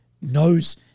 knows